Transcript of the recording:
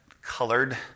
colored